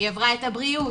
היא עברה את הבריאות,